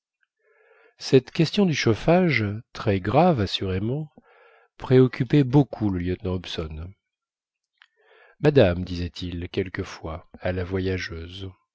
cette question du chauffage très grave assurément préoccupait beaucoup le lieutenant hobson madame disait-il quelquefois à la voyageuse